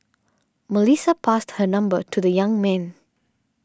Melissa passed her number to the young man